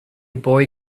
boy